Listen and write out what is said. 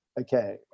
okay